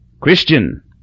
Christian